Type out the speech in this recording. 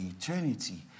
eternity